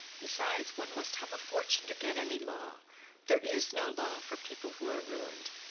besides, one must have a fortune to get any law there is no law for people who are ruined.